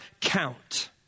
count